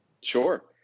Sure